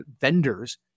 vendors